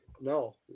No